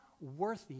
worthy